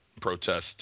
protest